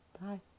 Bye